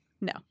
No